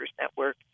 Network